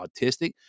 autistic